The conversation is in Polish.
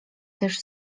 też